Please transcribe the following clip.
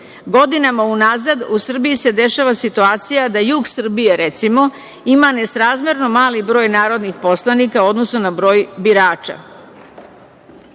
unazad u Srbiji se dešava situacija da jug Srbije, recimo, ima nesrazmerno mali broj narodnih poslanika u odnosu na broj birača,